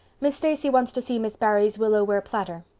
miss stacy wants to see miss barry's willowware platter.